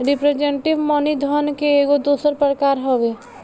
representative money धन के एगो दोसर प्रकार हवे